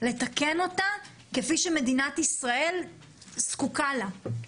לתקן אותה, כפי שמדינת ישראל זקוקה לה.